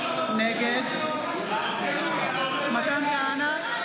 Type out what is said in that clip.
נגד מתן כהנא,